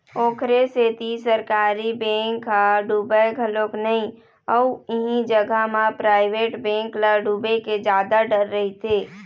ओखरे सेती सरकारी बेंक ह डुबय घलोक नइ अउ इही जगा म पराइवेट बेंक ल डुबे के जादा डर रहिथे